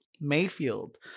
Mayfield